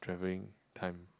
travelling time